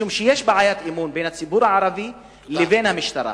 משום שיש בעיית אמון בין הציבור הערבי לבין המשטרה,